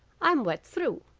i'm wet through